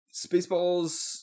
Spaceballs